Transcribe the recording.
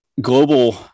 global